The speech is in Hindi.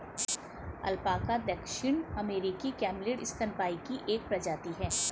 अल्पाका दक्षिण अमेरिकी कैमलिड स्तनपायी की एक प्रजाति है